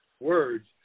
words